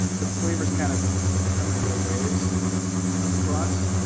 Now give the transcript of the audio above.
the flavors kind of come in little waves across.